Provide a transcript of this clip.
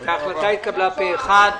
הכנסת, ההחלטה התקבלה פה-אחד.